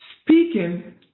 Speaking